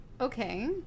Okay